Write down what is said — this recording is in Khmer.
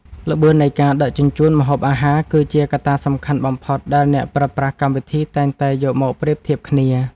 ល្បឿននៃការដឹកជញ្ជូនម្ហូបអាហារ គឺជាកត្តាសំខាន់បំផុតដែលអ្នកប្រើប្រាស់កម្មវិធីតែងតែយកមកប្រៀបធៀបគ្នា។